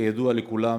כידוע לכולם,